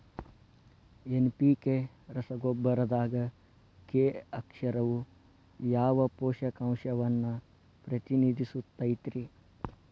NPK ರಸಗೊಬ್ಬರದಾಗ K ಅಕ್ಷರವು ಯಾವ ಪೋಷಕಾಂಶವನ್ನ ಪ್ರತಿನಿಧಿಸುತೈತ್ರಿ?